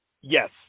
yes